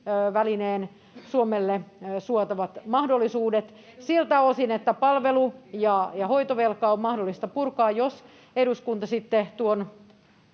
elpymisvälineen Suomelle suomat mahdollisuudet siltä osin, että palvelu- ja hoitovelkaa on mahdollista purkaa, jos eduskunta sitten tuon